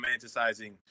romanticizing